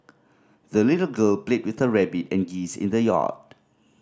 the little girl played with her rabbit and geese in the yard